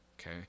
Okay